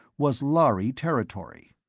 was lhari territory.